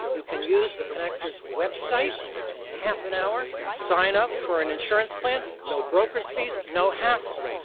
you can use the connector's website and, in half an hour, sign up for an insurance plan, no broker's fees, no hassle.